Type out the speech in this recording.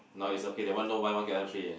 now is okay that one no buy one get one free ah